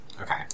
Okay